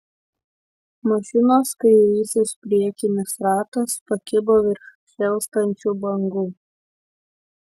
mašinos kairysis priekinis ratas pakibo virš šėlstančių bangų